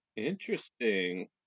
Interesting